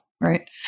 Right